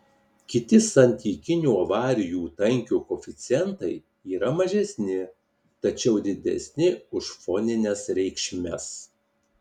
kiti santykinio avarijų tankio koeficientai yra mažesni tačiau didesni už fonines reikšmes